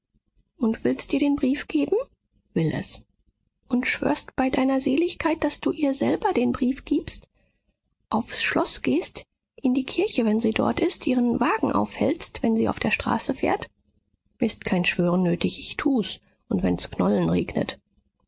und willst ihr den brief geben will es und schwörst bei deiner seligkeit daß du ihr selber den brief gibst aufs schloß gehst in die kirche wenn sie dort ist ihren wagen aufhältst wenn sie auf der straße fährt ist kein schwören nötig ich tu's und wenn's knollen regnet